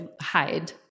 hide